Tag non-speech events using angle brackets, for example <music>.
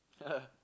<laughs>